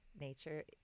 nature